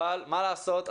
אבל מה לעשות,